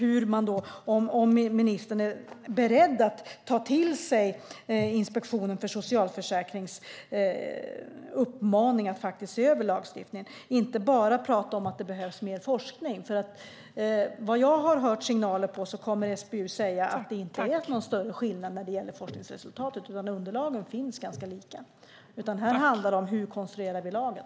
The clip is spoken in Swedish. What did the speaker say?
Är ministern beredd att ta till sig uppmaningen från Inspektionen för socialförsäkringen att se över lagstiftningen, inte bara tala om att det behövs mer forskning? De signaler jag fått är att SBU kommer att säga att det inte är någon större skillnad när det gäller forskningsresultatet, utan underlagen som finns är ganska lika. Här är frågan: Hur konstruerar vi lagen?